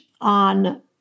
On